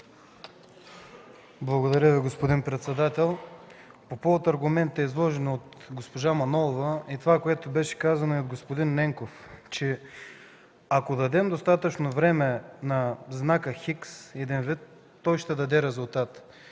Благодаря Ви, господин председател. По повод аргументите, изложени от госпожа Манолова и това, което беше казано и от господин Ненков, че ако дадем достатъчно време на знака „Х”, той ще даде резултат.